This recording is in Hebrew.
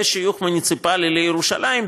ושיוך מוניציפלי לירושלים,